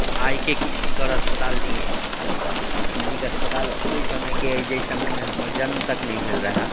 आइके क्लिनिक आओर अस्पताल नहि अइ आ क्लिनिक अस्पताल ओहि समयके अइ जाहि समयमे हमर जन्म तक नहि भेल रहय